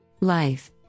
Life